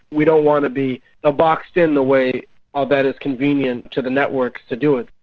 we don't want to be ah boxed in the way ah that is convenient to the networks to do it.